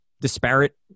disparate